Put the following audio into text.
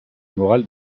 moral